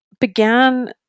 began